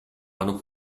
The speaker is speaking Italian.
hanno